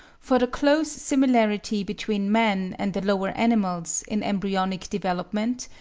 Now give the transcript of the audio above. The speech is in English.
for the close similarity between man and the lower animals in embryonic development,